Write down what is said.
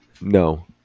No